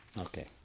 Okay